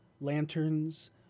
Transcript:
lanterns